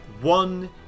One